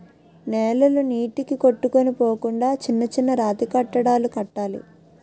నేలలు నీటికి కొట్టుకొని పోకుండా చిన్న చిన్న రాతికట్టడాలు కట్టాలి